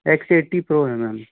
x AT pro है ma'am